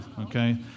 okay